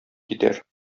китәр